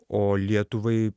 o lietuvai